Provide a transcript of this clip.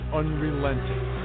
unrelenting